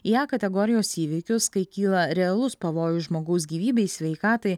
į a kategorijos įvykius kai kyla realus pavojus žmogaus gyvybei sveikatai